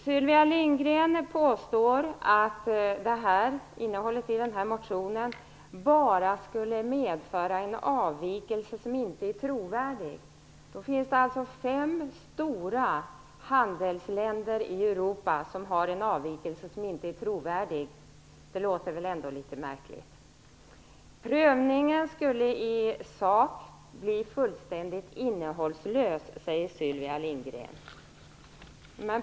Sylvia Lindgren påstår att innehållet i motionen bara skulle medföra en avvikelse som inte är trovärdig. Det finns fem stora handelsländer i Europa som har en avvikelse som inte är trovärdig. Det låter väl ändå litet märkligt? Prövningen skulle i sak bli fullständigt innehållslös, säger Sylvia Lindgren.